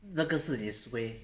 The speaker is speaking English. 那个是你 suay